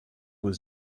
was